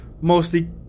mostly